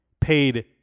paid